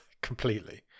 completely